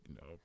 no